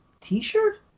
T-shirt